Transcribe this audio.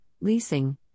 leasing